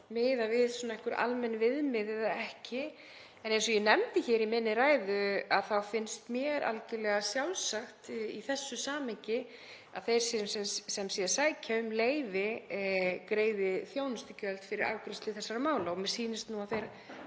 miða við einhver almenn viðmið eða ekki. En eins og ég nefndi hér í minni ræðu þá finnst mér algjörlega sjálfsagt í þessu samhengi að þeir sem sækja um leyfi greiði þjónustugjöld fyrir afgreiðslu þessara mála. Mér sýnist nú að þeir